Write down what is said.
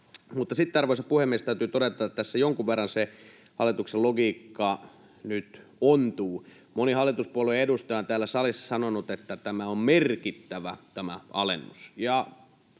Mutta sitten, arvoisa puhemies, täytyy todeta, että tässä jonkun verran hallituksen logiikka nyt ontuu. Moni hallituspuolueen edustaja on täällä salissa sanonut, että tämä alennus